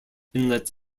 inlet